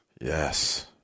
Yes